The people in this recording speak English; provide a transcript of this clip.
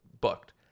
booked